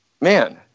man